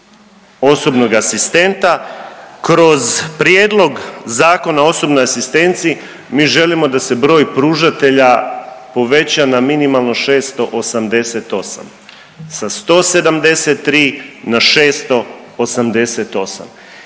osobnog asistenta kroz prijedlog Zakona o osobnoj asistenciji mi želimo da se broj pružatelja poveća na minimalno 688, sa 173 na 688.